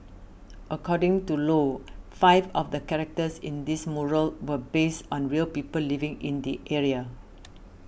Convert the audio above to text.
according to Low five of the characters in this mural were based on real people living in the area